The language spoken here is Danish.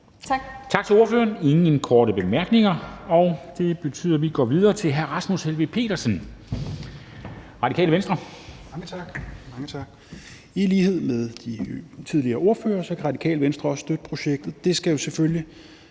Tak. Der er ingen korte bemærkninger. Og det betyder, at vi går videre til hr. Rasmus Helveg Petersen, Radikale Venstre. Kl. 10:44 (Ordfører) Rasmus Helveg Petersen (RV): Mange tak. I lighed med de tidligere ordførere kan Radikale Venstre også støtte projektet. Det skal jo selvfølgelig